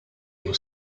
was